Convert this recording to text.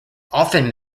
often